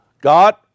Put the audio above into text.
God